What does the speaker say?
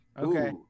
Okay